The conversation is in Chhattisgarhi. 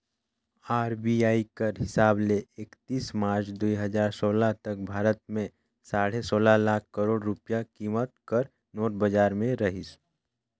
आर.बी.आई कर हिसाब ले एकतीस मार्च दुई हजार सोला तक भारत में साढ़े सोला लाख करोड़ रूपिया कीमत कर नोट बजार में रहिस